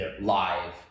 live